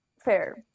fair